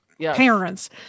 parents